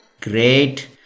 Great